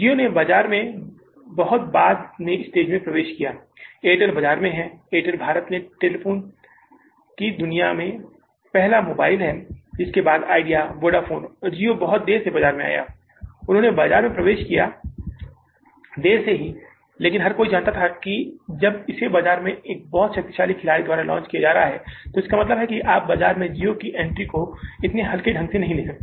Jio ने बाजार में बहुत बाद में स्टेज पर प्रवेश किया एयरटेल बाजार में है Airtel भारत में टेलीफोन की दुनिया में पहला मोबाइल है जिसके बाद Idea वोडाफोन Jio बहुत देर से बाजार में आया उन्होंने बाजार में प्रवेश किया देर से ही सही लेकिन हर कोई यह जानता था कि जब इसे बाजार में एक बहुत शक्तिशाली खिलाड़ी द्वारा लॉन्च किया जा रहा है तो इसका मतलब है कि आप बाजार में Jio की एंट्री को इतने हल्के ढंग से नहीं ले सकते